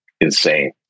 insane